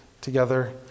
together